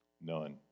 None